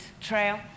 trail